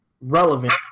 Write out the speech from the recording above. relevant